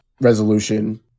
resolution